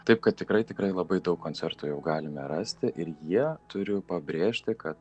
taip kad tikrai tikrai labai daug koncertų jau galime rasti ir jie turiu pabrėžti kad